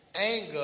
anger